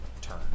turn